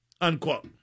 unquote